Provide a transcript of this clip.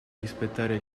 rispettare